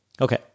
Okay